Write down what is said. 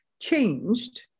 changed